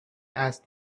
asked